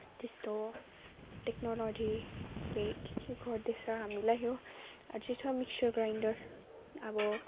त्यस्तो टेक्नोलोजीले के के गर्दैछ हामीलाई हो अझै छ मिक्सर ग्राइन्डर अब